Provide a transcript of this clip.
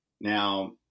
Now